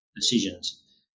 decisions